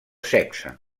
sexe